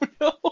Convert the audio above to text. no